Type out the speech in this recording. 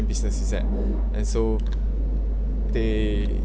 business is at and so they